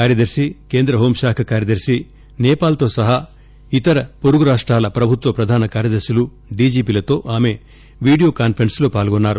కార్యదర్శికేంద్ర హోంశాఖ కార్యదర్తి నేపాల్ తోసహా ఇతర పొరుగు రాష్టాల ప్రభుత్వ ప్రధాన కార్యదర్పులు డిజిపిలతో ఆమె వీడియో కాన్సరెన్స్ లో పాల్గొన్నారు